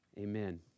amen